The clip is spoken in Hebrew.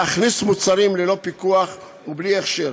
להכניס מוצרים ללא פיקוח ובלי הכשר.